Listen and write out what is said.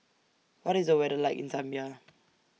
What IS The weather like in Zambia